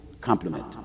complement